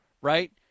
Right